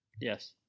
Yes